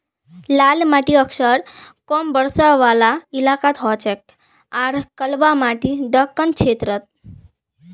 लाल माटी अक्सर कम बरसा वाला इलाकात हछेक आर कलवा माटी दक्कण क्षेत्रत